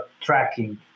tracking